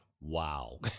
Wow